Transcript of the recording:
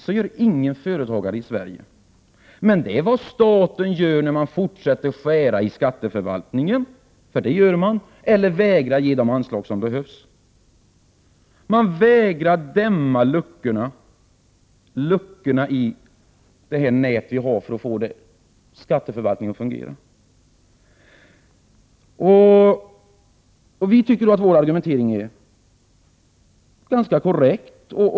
Så gör ingen företagare i Sverige, men det är vad staten gör när man fortsätter att skära i skatteförvaltningen — det är just vad man gör — eller vägrar ge de anslag som behövs. Man vägrar täppa till luckorna i det nät vi har för att få skatteförvaltningen att fungera. Vi tycker att vår argumentering är ganska korrekt.